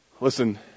Listen